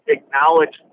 acknowledge